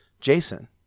Jason